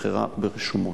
שנבחרה ברשומות.